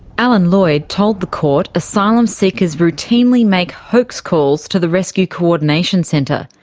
alan lloyd told the court asylum seekers routinely make hoax calls to the rescue coordination centre,